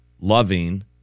loving